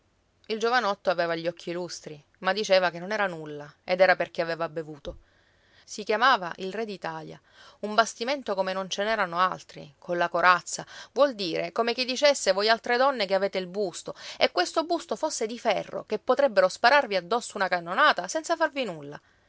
il giovanotto aveva gli occhi lustri ma diceva che non era nulla ed era perché aveva bevuto si chiamava il re d'italia un bastimento come non ce n'erano altri colla corazza vuol dire come chi dicesse voi altre donne che avete il busto e questo busto fosse di ferro che potrebbero spararvi addosso una cannonata senza farvi nulla